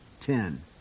Ten